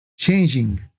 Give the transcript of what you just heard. changing